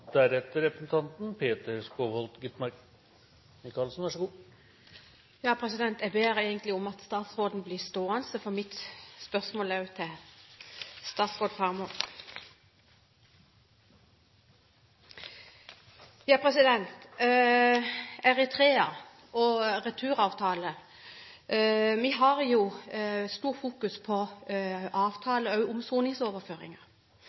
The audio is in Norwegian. Michaelsen – til oppfølgingsspørsmål. Jeg ber egentlig om at statsråden blir stående, for også mitt spørsmål er til statsråd Faremo. Eritrea og returavtale: Vi har stort fokus på